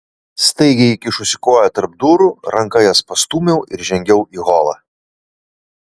staigiai įkišusi koją tarp durų ranka jas pastūmiau ir žengiau į holą